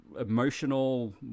emotional